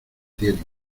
tienen